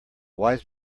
wise